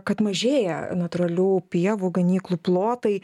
kad mažėja natūralių pievų ganyklų plotai